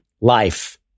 life